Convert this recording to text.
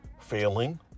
failing